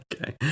Okay